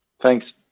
thanks